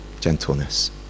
gentleness